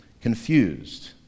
confused